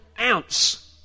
ounce